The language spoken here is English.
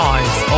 Eyes